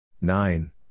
Nine